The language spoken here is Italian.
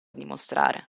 dimostrare